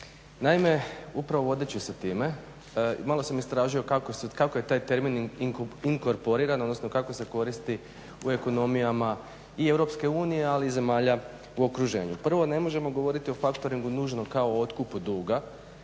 Naime, upravo vodeći se time, malo sam istražio kako je taj termin inkorporiran odnosno kako se koristi u ekonomijama i Europske unije ali i zemalja u okruženju. Prvo ne možemo govoriti o factoringu nužno kao otkupu duga,